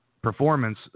performance